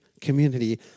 community